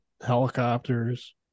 helicopters